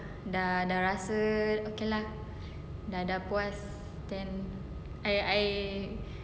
dah dan rasa okay lah dah dah puas then I I